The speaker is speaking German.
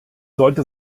sollte